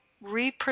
represent